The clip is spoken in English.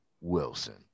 Wilson